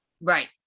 Right